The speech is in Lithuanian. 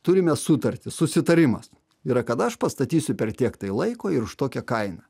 turime sutartis susitarimas yra kad aš pastatysiu per tiek laiko ir už tokią kainą